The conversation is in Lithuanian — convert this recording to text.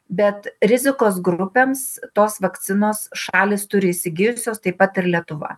bet rizikos grupėms tos vakcinos šalys turi įsigijusios taip pat ir lietuva